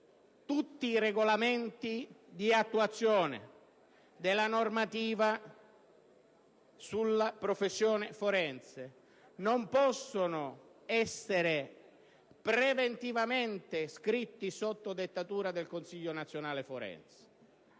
tutti i regolamenti di attuazione della normativa sulla professione forense non possono essere preventivamente scritti sotto dettatura del Consiglio nazionale forense.